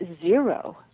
zero